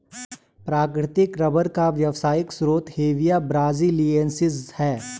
प्राकृतिक रबर का व्यावसायिक स्रोत हेविया ब्रासिलिएन्सिस है